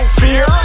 fear